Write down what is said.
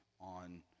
on